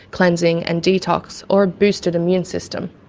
cleansing and detox or a boosted immune system.